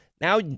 now